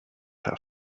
have